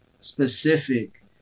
specific